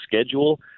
schedule